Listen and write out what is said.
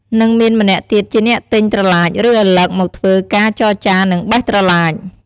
និងមានម្នាក់ទៀតជាអ្នកទិញត្រឡាចឬឪឡឹកមកធ្វើការចរចានិងបេះត្រឡាច។